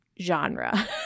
genre